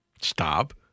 stop